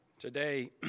Today